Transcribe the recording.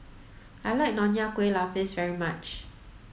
I like Nonya Kueh Lapis very much